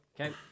Okay